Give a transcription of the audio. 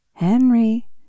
Henry